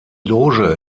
loge